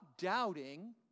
doubting